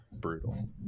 brutal